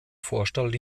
vorstadt